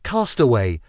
Castaway